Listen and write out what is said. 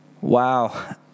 Wow